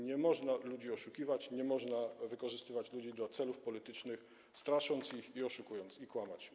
Nie można ludzi oszukiwać, nie można wykorzystywać ludzi do celów politycznych, strasząc ich i oszukując, nie można kłamać.